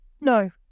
No